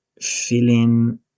feeling